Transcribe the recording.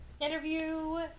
Interview